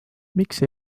miks